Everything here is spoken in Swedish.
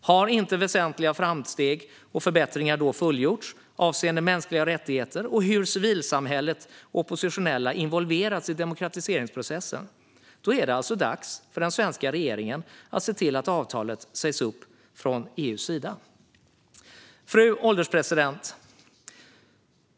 Har inte väsentliga framsteg och förbättringar fullgjorts avseende mänskliga rättigheter och hur civilsamhället och oppositionella involveras i demokratiseringsprocessen är det alltså dags för den svenska regeringen att se till att avtalet sägs upp från EU:s sida. Fru ålderspresident!